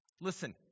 Listen